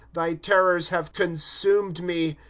thy terrors have consumed me.